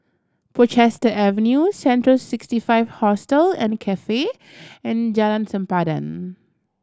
Portchester Avenue Central Sixty Five Hostel and Cafe and Jalan Sempadan